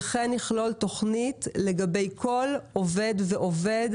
וכן יכלול תוכנית לגבי כל עובד ועובד,